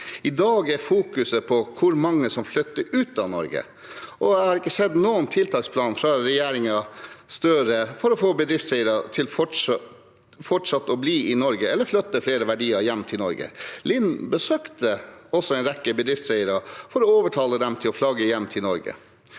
I dag fokuseres det på hvor mange som flytter ut av Norge, og jeg har ikke sett noen tiltaksplan fra regjeringen Støre for å få bedriftseiere til fortsatt å bli i Norge, eller til å flytte flere verdier hjem til Norge. Lind besøkte også en rekke bedriftseiere for å overtale dem til å flagge hjem til Norge.